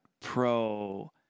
Pro